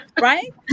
Right